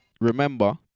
remember